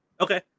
okay